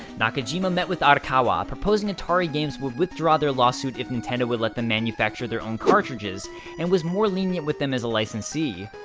nakajima met with arakawa, proposing atari games would withdraw their lawsuit if nintendo would let them manufacture their own cartridges and was more lenient with them as a licensee.